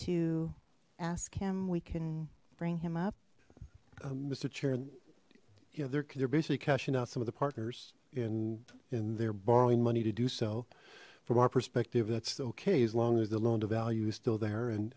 to ask him we can bring him up mister chair yeah they're basically cashing out some of the partners in and they're borrowing money to do so from our perspective that's okay as long as the loan to value is still there and